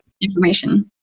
information